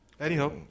Anyhow